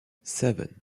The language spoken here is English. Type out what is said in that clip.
seven